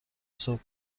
صبح